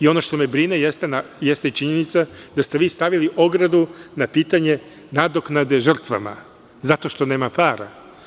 Ono što me brine jeste činjenica da ste vi stavili ogradu na pitanje nadoknade žrtvama, zato što nema para.